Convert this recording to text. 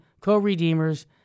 co-redeemers